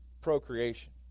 procreation